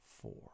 four